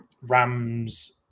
Rams